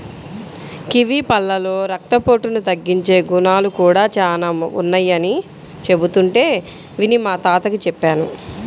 kiwi పళ్ళలో రక్తపోటును తగ్గించే గుణాలు కూడా చానా ఉన్నయ్యని చెబుతుంటే విని మా తాతకి చెప్పాను